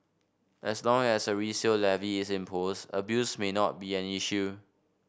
as long as a resale levy is imposed abuse may not be an issue